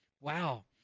Wow